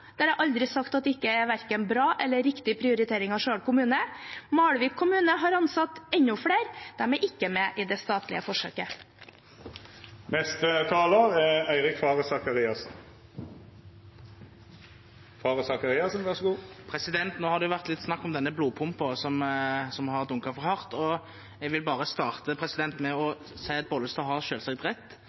jeg aldri sagt at ikke er bra eller en riktig prioritering av Stjørdal kommune. Malvik kommune har ansatt enda flere. De er ikke med i det statlige forsøket. Nå har det vært litt snakk om denne blodpumpa som har dunket for hardt, og jeg vil bare starte med å si at Bollestad har selvsagt rett.